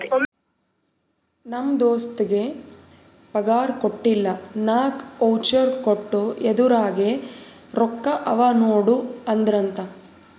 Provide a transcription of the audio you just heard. ನಮ್ ದೋಸ್ತಗ್ ಪಗಾರ್ ಕೊಟ್ಟಿಲ್ಲ ನಾಕ್ ವೋಚರ್ ಕೊಟ್ಟು ಇದುರಾಗೆ ರೊಕ್ಕಾ ಅವಾ ನೋಡು ಅಂದ್ರಂತ